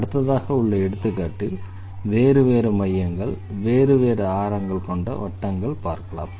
அடுத்ததாக உள்ள எடுத்துக்காட்டில் வேறு வேறு மையங்கள் வேறு வேறு ஆரங்கள் கொண்ட வட்டங்களை பார்க்கலாம்